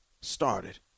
Started